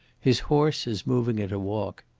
his horse is moving at a walk.